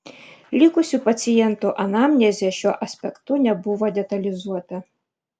likusių pacientų anamnezė šiuo aspektu nebuvo detalizuota